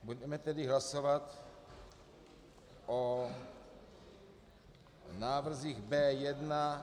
Budeme tedy hlasovat o návrzích B1...